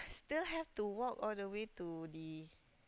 still have to walk all the way to the